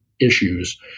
issues